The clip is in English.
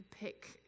pick